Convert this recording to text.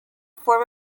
form